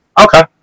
Okay